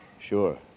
Sure